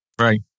Right